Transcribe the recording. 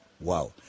Wow